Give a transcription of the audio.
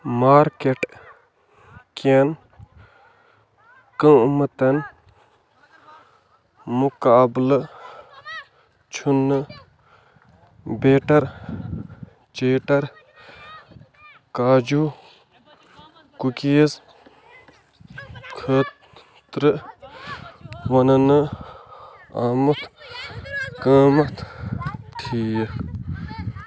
market کٮ۪ن قۭمتن مُقابلہٕ چھُ نہٕ بیٹر چیٹر کاجوٗ کُکیٖز خٲطرٕ وننہٕ آمُت قۭمَتھ ٹھیٖک